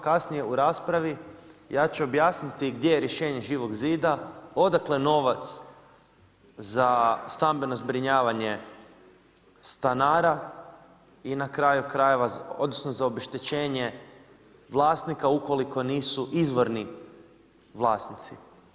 Kasnije u raspravi ja ću objasniti gdje je rješenje Živog zida, odakle novac za stambeno zbrinjavanje stanara i na kraju krajeva, odnosno za obeštećenje vlasnika ukoliko nisu izvorni vlasnici.